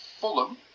Fulham